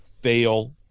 fail